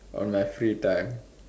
on my free time